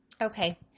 Okay